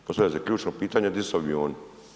Postavlja se ključno pitanje di su avioni?